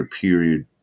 period